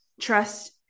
trust